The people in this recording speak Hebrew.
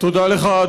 תודה לך,